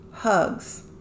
Hugs